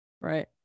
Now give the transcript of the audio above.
Right